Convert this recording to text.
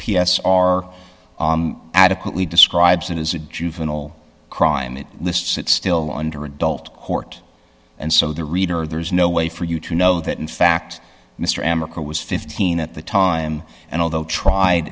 s are adequately describes it as a juvenile crime it lists it still under adult court and so the reader there's no way for you to know that in fact mr amoco was fifteen at the time and although tried